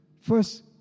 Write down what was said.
first